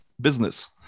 business